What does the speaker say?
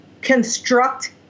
construct